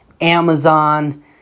Amazon